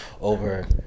Over